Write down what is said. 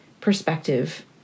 perspective